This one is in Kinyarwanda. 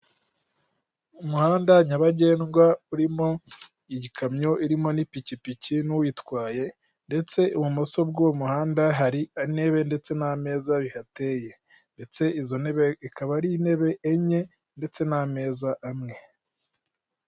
Umuhanda nyabagendwa urimo igikamyo, urimo n'ipikipiki n'uyitwaye ndetse ibumoso bw'uwo muhanda hari intebe ndetse n'ameza bihateye, ndetse izo ikaba ari intebe enye ndetse n'ameza amwe.